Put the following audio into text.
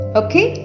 okay